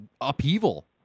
upheaval